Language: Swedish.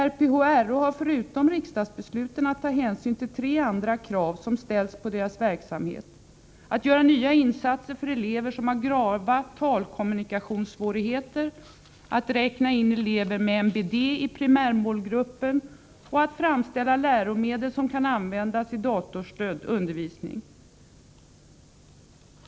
RPH-RH har förutom riksdagsbeslutet att ta hänsyn till tre krav som ställs på deras verksamhet: — att göra nya insatser för elever som har grava talkommunikationssvårigheter, — att räkna in elever med MBD i primärmålgruppen, och — att framställa läromedel som kan användas i datorstödd undervisning.